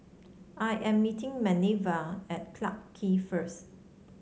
I am meeting Manervia at Clarke Quay first